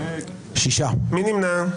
מי נמנע?